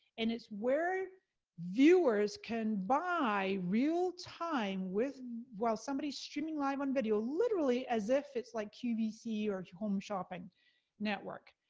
and it's where viewers can buy real time with, while somebody's streaming live on video, literally as if it's like qvc or home shopping network.